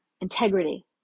Integrity